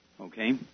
Okay